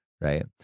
right